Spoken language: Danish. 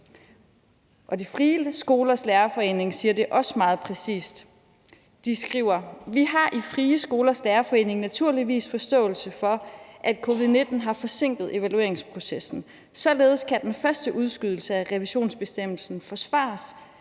Frie Skolers Lærerforening siger det også meget præcist. De skriver: »Vi har i Frie Skolers Lærerforening naturligvis forståelse for, at COVID-19 har forsinket evalueringsprocessen. Således kan den første udskydelse f revionsbestemmelsen forsvares,